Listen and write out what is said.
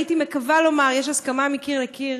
הייתי מקווה שיש הסכמה מקיר לקיר